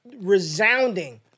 resounding